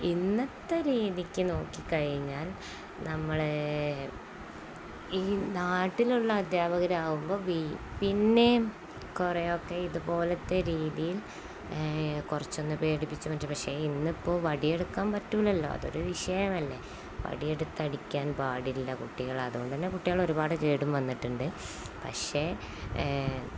ഇന്നത്തെ രീതിക്കു നോക്കിക്കഴിഞ്ഞാൽ നമ്മള് ഈ നാട്ടിലുള്ള അധ്യാപകരാവുമ്പോള് പിന്നെ കുറയൊക്കെ ഇതുപോലത്തെ രീതിയിൽ കുറച്ചൊന്നു പേടിപ്പിച്ചാല്പ്പറ്റും പക്ഷേ ഇന്നിപ്പോള് വടിയെടുക്കാൻ പറ്റുകയില്ലല്ലോ അതൊരു വിഷയമല്ലേ വടിയെടുത്തടിക്കാൻ പാടില്ല കുട്ടികളെ അതുകൊണ്ടുതന്നെ കുട്ടികള് ഒരുപാട് കേടും വന്നിട്ടുണ്ട് പക്ഷേ